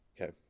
Okay